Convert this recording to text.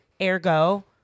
Ergo